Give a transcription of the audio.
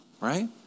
right